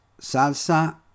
Salsa